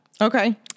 Okay